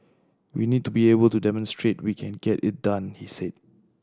we need to be able to demonstrate we can get it done he said